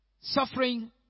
suffering